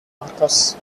markers